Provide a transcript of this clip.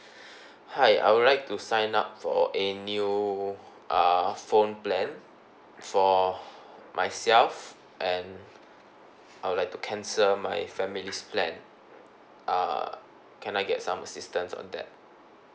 hi I would like to sign up for a new uh phone plan for myself and I would like to cancel my family's plan uh can I get some assistance on that